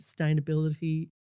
sustainability